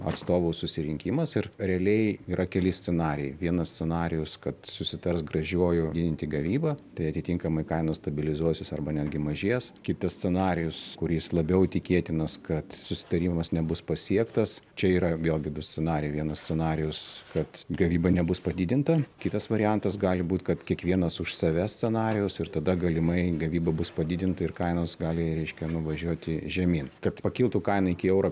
atstovų susirinkimas ir realiai yra keli scenarijai vienas scenarijus kad susitars gražiuoju didinti gavybą tai atitinkamai kainos stabilizuosis arba netgi mažės kitas scenarijus kuris labiau tikėtinas kad susitarimas nebus pasiektas čia yra vėlgi du scenarijai vienas scenarijus kad gavyba nebus padidinta kitas variantas gali būt kad kiekvienas už save scenarijus ir tada galimai gavyba bus padidinta ir kainos gali reiškia nuvažiuoti žemyn kad pakiltų kaina iki euro